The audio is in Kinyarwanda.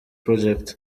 project